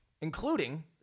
including